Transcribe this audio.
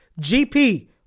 GP